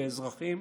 באזרחים,